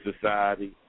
society